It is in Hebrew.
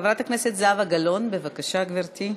חברת הכנסת זהבה גלאון, בבקשה, גברתי.